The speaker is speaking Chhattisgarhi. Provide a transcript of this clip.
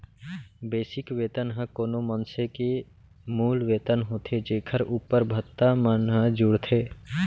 बेसिक वेतन ह कोनो मनसे के मूल वेतन होथे जेखर उप्पर भत्ता मन ह जुड़थे